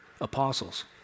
apostles